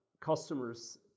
customers